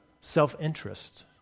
self-interest